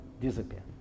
disappear